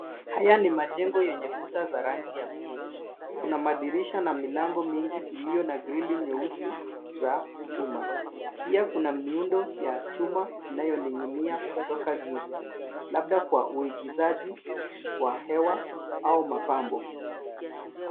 Haya ni majengo yenye kuta za rangi ya pitch kuna madirisha na milango mingi ilio na grili nyeusi za chuma pia kuna miundo za chuma inayo ninginia kutoka juu labda kwa uigizaji wa hewa au mapambo.